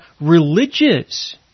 religious